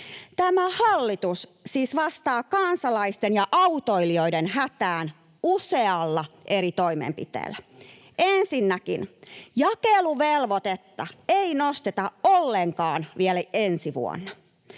Tämä hallitus siis vastaa kansalaisten ja autoilijoiden hätään usealla eri toimenpiteellä. Ensinnäkin jakeluvelvoitetta ei nosteta ollenkaan vielä ensi vuonna.